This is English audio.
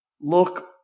Look